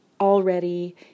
already